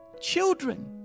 Children